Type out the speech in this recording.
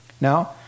now